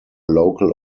local